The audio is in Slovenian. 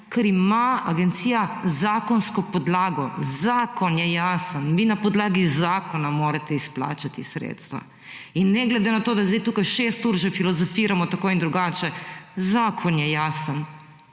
ker ima agencija zakonsko podlago zakon je jasen, vi na podlagi zakona morate izplačati sredstva in ne glede na to, da sedaj tukaj 6 ur filozofiramo tako in drugače zakon je jasen,